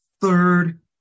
third